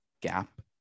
gap